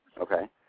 Okay